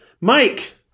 Mike